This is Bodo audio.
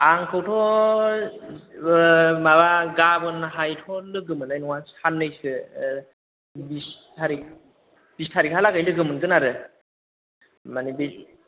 आंखौथ' माबा गाबोनहायथ' लोगो मोन्नाय नङा सान्नैसो बिस थारिख बिस थारिखहा लागै लोगो मोनगोन आरो माने बे